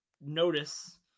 notice